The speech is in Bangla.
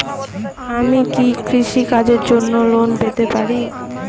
আমি কি কৃষি কাজের জন্য লোন পেতে পারি?